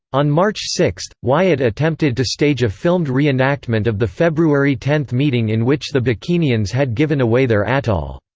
on march six, wyatt attempted to stage a filmed reenactment of the february ten meeting in which the bikinians had given away their atoll.